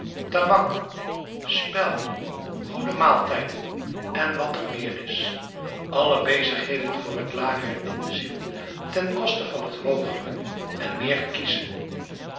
tabak spel goede maaltijden en wat er meer is alle bezigheden voor het lagere in de ziel ten koste van het hoogere en meer